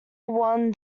won